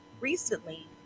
recently